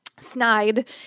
Snide